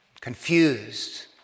confused